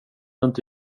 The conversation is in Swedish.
inte